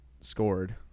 scored